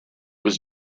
was